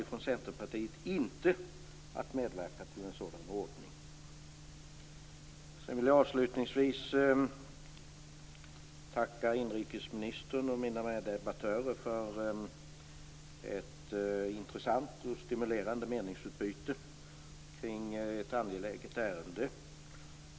Vi i Centerpartiet kommer inte att medverka till en sådan ordning. Jag vill tacka inrikesministern och mina meddebattörer för ett intressant och stimulerande meningsutbyte kring ett angeläget ärende.